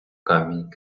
камінь